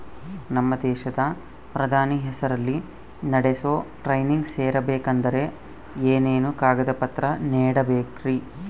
ನಮ್ಮ ದೇಶದ ಪ್ರಧಾನಿ ಹೆಸರಲ್ಲಿ ನಡೆಸೋ ಟ್ರೈನಿಂಗ್ ಸೇರಬೇಕಂದರೆ ಏನೇನು ಕಾಗದ ಪತ್ರ ನೇಡಬೇಕ್ರಿ?